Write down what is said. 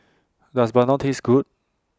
Does Bandung Taste Good